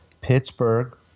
Pittsburgh